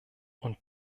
und